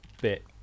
bit